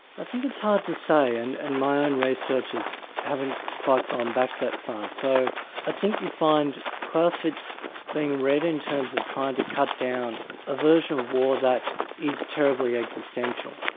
i think it's hard to say, and and my own researchers haven't quite gone back that far. so i think you'll find clausewitz being read in terms of trying to cut down a version of war that is terribly existential,